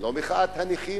ולא את מחאת הנכים,